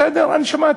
דהיינו,